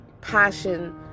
passion